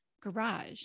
garage